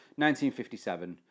1957